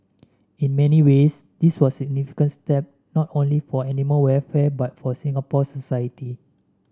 in many ways this was a significant step not only for animal welfare but for Singapore society